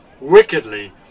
wickedly